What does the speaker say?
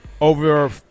over